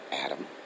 Adam